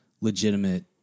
legitimate